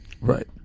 Right